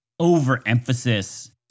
overemphasis